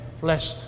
flesh